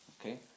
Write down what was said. okay